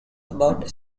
about